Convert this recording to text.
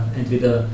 entweder